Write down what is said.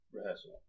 rehearsal